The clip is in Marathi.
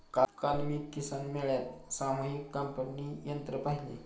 काल मी किसान मेळ्यात सामूहिक कापणी यंत्र पाहिले